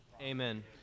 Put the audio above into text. Amen